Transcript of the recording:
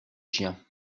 chiens